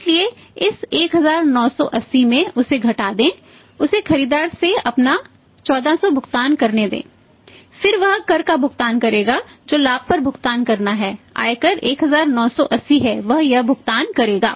इसलिए इस 1980 में उसे घटा दें उसे खरीदार से अपना 1400 भुगतान करने दें फिर वह कर का भुगतान करेगा जो लाभ पर भुगतान करना है आयकर 1980 है वह यह भुगतान करेगा